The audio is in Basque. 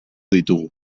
ditugu